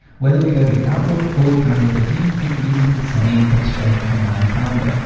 whether we go to outlook or we come here to teams, it uses the same exchange online calendar,